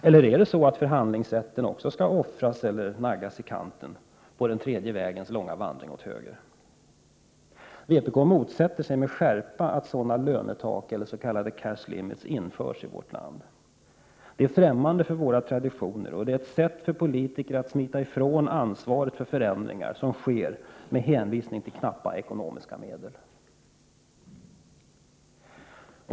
Eller är det så, att förhandlingsrätten också skall offras eller naggas i kanten på den tredje vägens långa vandring åt höger? Vi i vpk motsätter oss med skärpa att sådana lönetak, s.k. cash limits, införs i vårt land. Sådant är ffrämmande för våra traditioner, och det är ett sätt för politiker att smita från ansvaret för förändringar som sker — med hänvisning till knappa ekonomiska medel.